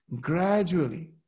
Gradually